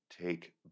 take